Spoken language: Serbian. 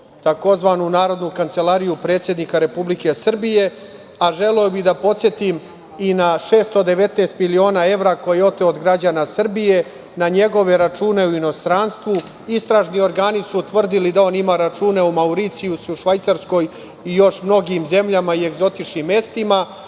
tzv. Narodnu kancelariju predsednika Republike Srbije. Želeo bih da podsetim i na 619 miliona evra koje je oteo od građana Srbije, na njegove račune u inostranstvu. Istražni organi su utvrdili da on ima račune na Mauricijusu, u Švajcarskoj i još mnogim zemljama i egzotičnim mestima.